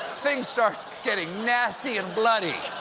things start getting nasty and bloody.